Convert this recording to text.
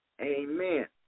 Amen